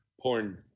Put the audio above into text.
porn